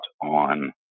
on